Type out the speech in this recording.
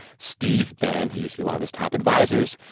steve bannon, who used to be one of his top advisers,